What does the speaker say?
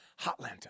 Hotlanta